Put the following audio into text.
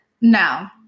No